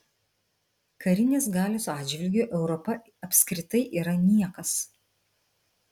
karinės galios atžvilgiu europa apskritai yra niekas